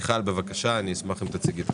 מיכל, בבקשה, אני אשמח אם תציגי את החוק.